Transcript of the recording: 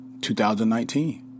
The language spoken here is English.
2019